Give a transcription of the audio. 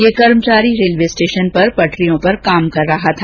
यह कर्मचारी railway station पर पटरियों पर काम कर रहा था